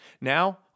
Now